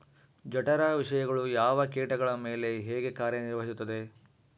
ಜಠರ ವಿಷಯಗಳು ಯಾವ ಕೇಟಗಳ ಮೇಲೆ ಹೇಗೆ ಕಾರ್ಯ ನಿರ್ವಹಿಸುತ್ತದೆ?